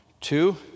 two